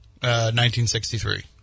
1963